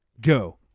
go